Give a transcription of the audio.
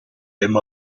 him